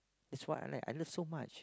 that's why I like I like so much